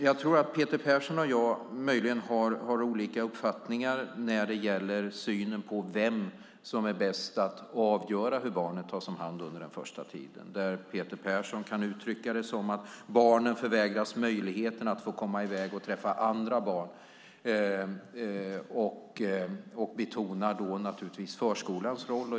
Jag tror att Peter Persson och jag möjligen har olika uppfattningar när det gäller synen på vem som bäst avgör hur barnet tas om hand under den första tiden. Peter Persson kan uttrycka det som att barnen förvägras möjligheten att få komma i väg och träffa andra barn, och han betonar då naturligtvis förskolans roll.